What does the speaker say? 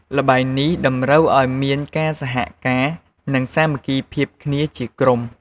ល្បែងនេះតម្រូវឱ្យមានការសហការ និងសាមគ្គីភាពគ្នាជាក្រុម។